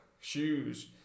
shoes